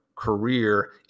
career